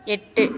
எட்டு